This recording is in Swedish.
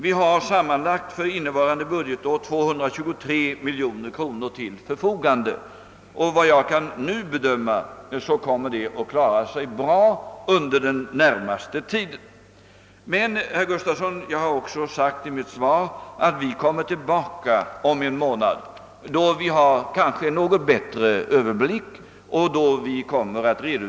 Vi har sammanlagt för innevarande budgetår 223 miljoner kronor till förfogande, och enligt vad jag nu kan bedöma kommer detta att räcka väl under den närmaste tiden. Men, herr Gustavsson, jag har också i mitt svar framhållit att vi får återkomma till saken om en månad, då vi kanske har något bättre överblick över situationen.